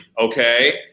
okay